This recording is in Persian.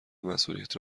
مسئولیت